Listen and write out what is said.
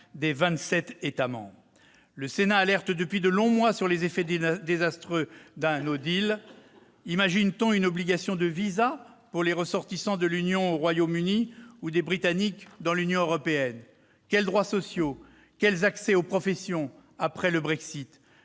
États membres. Le Sénat alerte depuis de longs mois sur les effets désastreux d'un Imagine-t-on une obligation de visa pour les ressortissants de l'Union européenne au Royaume-Uni ou les Britanniques dans l'Union européenne ? Quels droits sociaux, quels accès aux professions après le Brexit ?